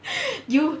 you